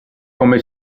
come